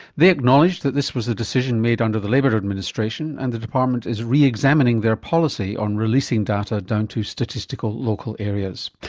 they acknowledged that this was a decision made under the labor administration and the department is re-examining their policy on releasing data down to statistical local areas.